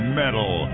metal